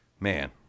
Man